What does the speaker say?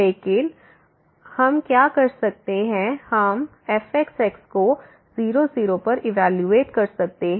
लेकिन हम क्या कर सकते हैं हम fxx को 0 0 पर इवेलुएट कर सकते हैं